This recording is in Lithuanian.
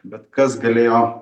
bet kas galėjo